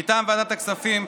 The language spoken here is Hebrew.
מטעם ועדת הכספים,